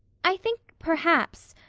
i think, perhaps,